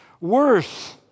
Worse